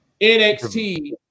NXT